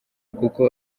kuko